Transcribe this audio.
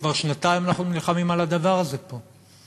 כבר שנתיים אנחנו נלחמים על הדבר הזה פה.